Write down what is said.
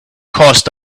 cause